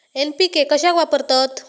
NPK कशाक वापरतत?